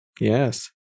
Yes